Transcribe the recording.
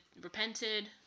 repented